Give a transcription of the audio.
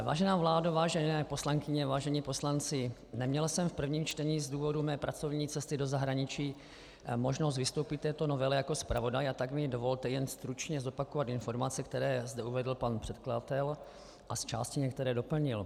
Vážená vládo, vážené poslankyně, vážení poslanci, neměl jsem v prvním čtení z důvodu své pracovní cesty do zahraničí možnost vystoupit k této novele jako zpravodaj, a tak mi dovolte jen stručně zopakovat informace, které zde uvedl pan předkladatel a zčásti některé doplnil.